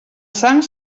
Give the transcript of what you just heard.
sang